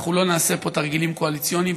אנחנו לא נעשה פה תרגילים קואליציוניים,